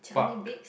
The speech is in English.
park